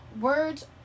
words